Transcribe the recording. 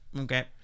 okay